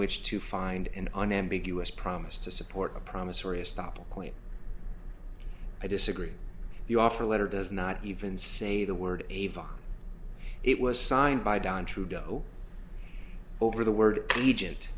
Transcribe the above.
which to find an unambiguous promise to support a promissory estoppel point i disagree the offer letter does not even say the word avon it was signed by don trudeau over the word agent